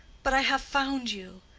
but i have found you.